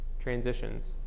transitions